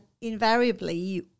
invariably